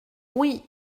oui